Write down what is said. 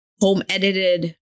home-edited